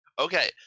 Okay